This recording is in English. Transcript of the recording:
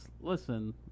Listen